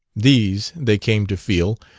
these, they came to feel,